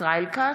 ישראל כץ,